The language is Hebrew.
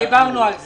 דיברנו על זה.